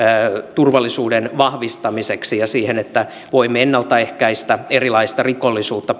turvallisuuden vahvistamiseksi ja siihen että voimme tämänkin kautta ennaltaehkäistä erilaista rikollisuutta